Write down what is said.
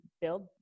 build